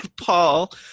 Paul